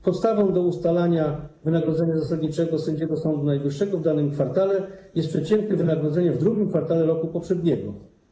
Podstawą w przypadku ustalania wynagrodzenia zasadniczego sędziego Sądu Najwyższego w danym kwartale jest przeciętne wynagrodzenie w II kwartale roku poprzedniego.